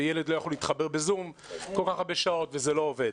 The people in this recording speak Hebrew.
ילד לא יכול להתחבר ב-זום למשך כל כך הרבה שעות וזה לא עובד.